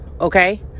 okay